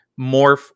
morph